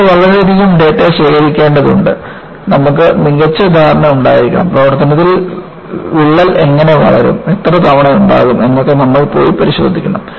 നമ്മൾ വളരെയധികം ഡാറ്റ ശേഖരിക്കേണ്ടതുണ്ട് നമുക്ക് മികച്ച ധാരണ ഉണ്ടായിരിക്കണം പ്രവർത്തനത്തിൽ വിള്ളൽ എങ്ങനെ വളരും എത്ര തവണ ഉണ്ടാവും എന്നൊക്കെ നമ്മൾ പോയി പരിശോധിക്കണം